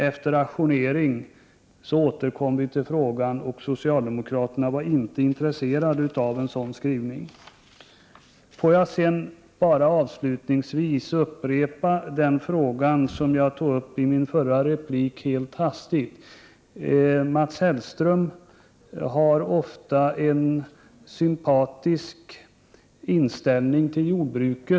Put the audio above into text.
Efter ajournering återkom vi till frågan. Men socialdemokraterna var inte intresserade av en skrivning av nämnda slag. Sedan vill jag upprepa en fråga som jag helt hastigt tog upp i min förra replik. Mats Hellström har ofta en sympatisk inställning till jordbruket.